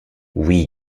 oui